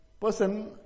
person